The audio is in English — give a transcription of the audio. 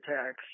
attacks